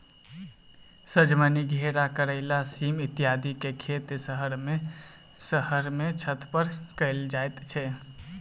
सजमनि, घेरा, करैला, सीम इत्यादिक खेत शहर मे छत पर कयल जाइत छै